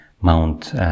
Mount